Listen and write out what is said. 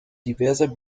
diverser